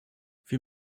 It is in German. wir